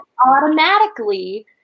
Automatically